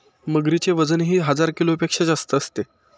मगरीचे वजनही हजार किलोपेक्षा जास्त असते